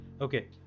Okay